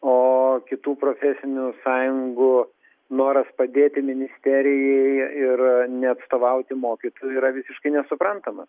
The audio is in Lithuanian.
o kitų profesinių sąjungų noras padėti ministerijai ir neatstovauti mokytojų yra visiškai nesuprantamas